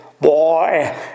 boy